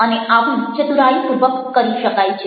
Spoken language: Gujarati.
અને આવું ચતુરાઈપૂર્વક કરી શકાય છે